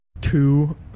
Two